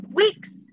weeks